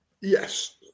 yes